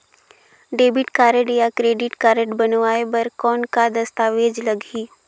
Debit या credit card बनवाय बर कौन का दस्तावेज लगही?